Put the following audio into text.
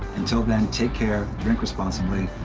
until then, take care, drink responsibly,